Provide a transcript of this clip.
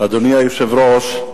אדוני היושב-ראש,